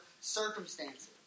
circumstances